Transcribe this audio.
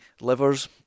Livers